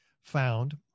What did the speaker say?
found